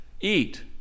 eat